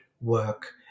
work